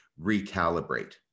recalibrate